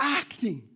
acting